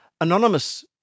anonymous